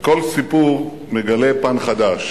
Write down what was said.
וכל סיפור מגלה פן חדש.